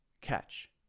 Catch